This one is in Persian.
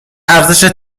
ارزش